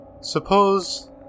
suppose